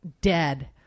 dead